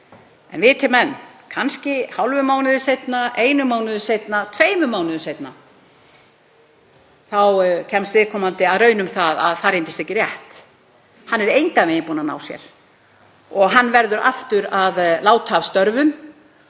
En viti menn kannski hálfum mánuði seinna, einum eða tveimur mánuði seinna, kemst viðkomandi að raun um að það reyndist ekki rétt. Hann er engan veginn búinn að ná sér og verður aftur að láta af störfum